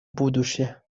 будущее